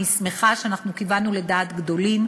אני שמחה שאנחנו כיוונו לדעת גדולים,